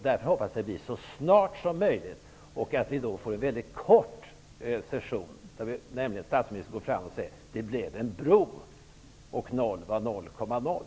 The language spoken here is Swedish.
Därför hoppas jag på ett besked så snart som möjligt och på att det blir en väldigt kort session och att statsministern säger: Det blev en bro, och noll var 0,0.